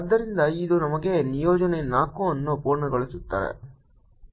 ಆದ್ದರಿಂದ ಇದು ನಮಗೆ ನಿಯೋಜನೆ 4 ಅನ್ನು ಪೂರ್ಣಗೊಳಿಸುತ್ತದೆ